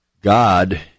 God